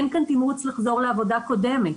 אין כאן תמרוץ לחזור לעבודה קודמת.